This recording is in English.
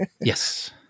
Yes